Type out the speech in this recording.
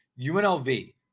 UNLV